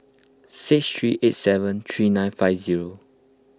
six three eight seven three nine five zero